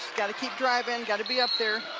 got to keep driving, got to be up there.